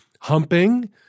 humping